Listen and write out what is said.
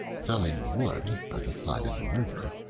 felling wood by the side of a river,